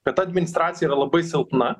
kad ta administracija yra labai silpna